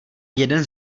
jeden